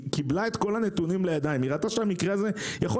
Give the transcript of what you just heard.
היא קיבלה את כל הנתונים לידיה וראתה שהדבר הזה יכול